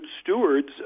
stewards